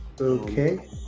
Okay